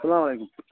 سلام علیکُم